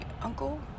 uncle